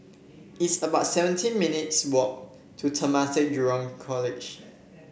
it's about seventeen minutes' walk to Temasek Junior College